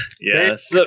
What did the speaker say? Yes